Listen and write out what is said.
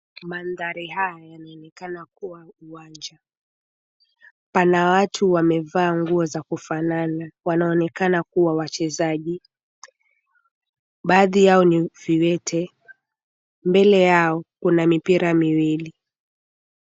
Mandari haya yanaonekana kuwa uwanja. Pana watu wamevaa nguo za kufanana. Wanaonekana kuwa wachezaji. Baadhi yao ni viwete. Mbele yao, kuna mipira miwili.